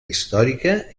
històrica